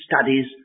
studies